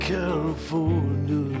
California